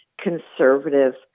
conservative